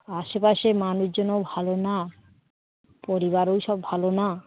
আশেপাশে মানুষজনও ভালো না পরিবারেও সব ভালো না